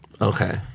Okay